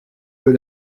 peu